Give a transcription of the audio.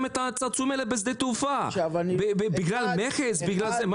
את הצעצועים האלה בשדה תעופה בגלל מכס.